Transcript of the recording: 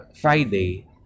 Friday